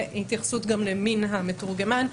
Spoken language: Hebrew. והתייחסות גם למין המתורגמן.